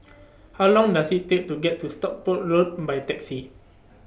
How Long Does IT Take to get to Stockport Road By Taxi